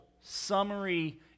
summary